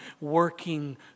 working